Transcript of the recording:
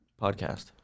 podcast